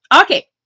Okay